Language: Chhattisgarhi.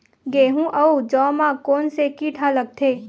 गेहूं अउ जौ मा कोन से कीट हा लगथे?